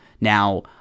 Now